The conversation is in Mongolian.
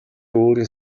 өөрийн